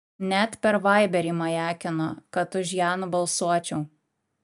net per vaiberį majakino kad už ją nubalsuočiau